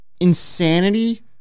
insanity